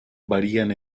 varían